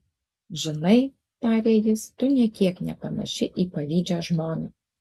žinai tarė jis tu nė kiek nepanaši į pavydžią žmoną